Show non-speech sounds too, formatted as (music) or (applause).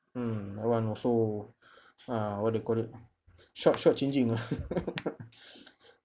mm that one also uh what do you call it short short changing ah (laughs)